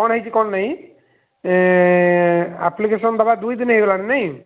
କ'ଣ ହେଇଛି କ'ଣ ନାଇଁ ଆପ୍ଲିକେଶନ୍ ଦେବା ଦୁଇଦିନ ହେଇଗଲାଣି ନାଇଁ